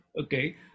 okay